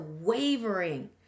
wavering